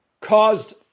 caused